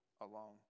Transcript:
alone